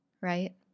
right